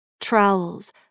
Trowels